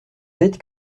bête